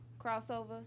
crossover